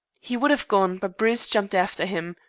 he would have gone, but bruce jumped after him.